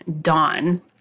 Dawn